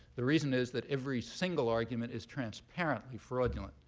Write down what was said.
the reason is that every single argument is transparently fraudulent.